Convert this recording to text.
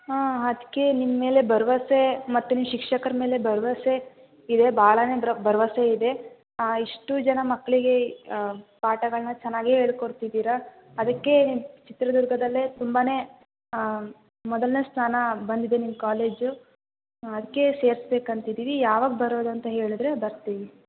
ಹಾಂ ಅದಕ್ಕೇ ನಿಮ್ಮ ಮೇಲೆ ಭರವಸೆ ಮತ್ತು ನಿಮ್ಮ ಶಿಕ್ಷಕರ ಮೇಲೆ ಭರವಸೆ ಇದೆ ಭಾಳ ಒಂಥರ ಭರವಸೆ ಇದೆ ಇಷ್ಟೂ ಜನ ಮಕ್ಕಳಿಗೆ ಪಾಠಗಳನ್ನ ಚೆನ್ನಾಗೇ ಹೇಳ್ಕೊಡ್ತಿದೀರ ಅದಕ್ಕೇ ನಿಮ್ಮ ಚಿತ್ರದುರ್ಗದಲ್ಲೇ ತುಂಬ ಮೊದಲನೇ ಸ್ಥಾನ ಬಂದಿದೆ ನಿಮ್ಮ ಕಾಲೇಜು ಅದಕ್ಕೇ ಸೇರ್ಸ್ಬೇಕಂತಿದ್ದೀವಿ ಯಾವಗ ಬರೋದಂತ ಹೇಳಿದ್ರೆ ಬರ್ತೀವಿ